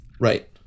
Right